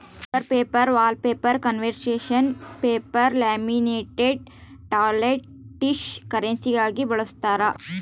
filter paper wallpaper conservation paper laminated toilet tissue ಕರೆನ್ಸಿಗಾಗಿ ಬಳಸ್ತಾರ